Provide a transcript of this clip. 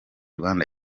rwanda